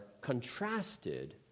contrasted